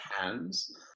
hands